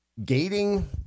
Gating